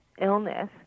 Illness